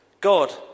God